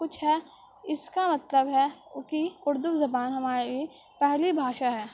کچھ ہے اس کا مطلب ہے کہ اردو زبان ہماری پہلی بھاشا ہے